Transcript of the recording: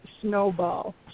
snowball